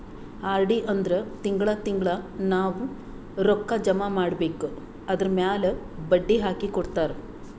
RD ಅಂದುರ್ ತಿಂಗಳಾ ತಿಂಗಳಾ ನಾವ್ ರೊಕ್ಕಾ ಜಮಾ ಮಾಡ್ಬೇಕ್ ಅದುರ್ಮ್ಯಾಲ್ ಬಡ್ಡಿ ಹಾಕಿ ಕೊಡ್ತಾರ್